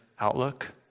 outlook